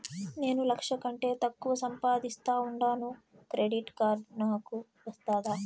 నేను లక్ష కంటే తక్కువ సంపాదిస్తా ఉండాను క్రెడిట్ కార్డు నాకు వస్తాదా